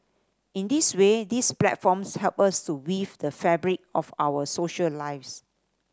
in this way these platforms help us to weave the fabric of our social lives